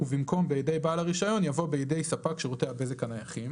ובמקום "בידי בעל הרישיון" יבוא "בידי ספק שירותי הבזק הנייחים".